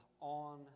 on